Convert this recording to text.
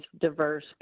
diverse